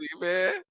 man